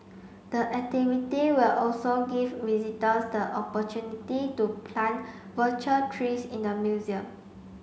the activity will also give visitors the opportunity to plant virtual trees in the museum